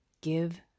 give